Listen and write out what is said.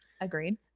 Agreed